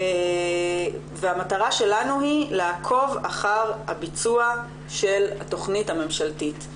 והמטרה שלנו היא לעקוב אחר הביצוע של התכנית הממשלתית.